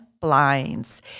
Blinds